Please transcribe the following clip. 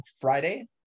Friday